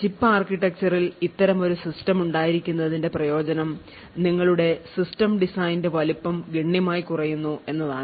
chip ആർക്കിടെക്ചറിൽ അത്തരമൊരു system ഉണ്ടായിരിക്കുന്നതിന്റെ പ്രയോജനം നിങ്ങളുടെ system design ൻറെ വലുപ്പം ഗണ്യമായി കുറയുന്നു എന്നതാണ്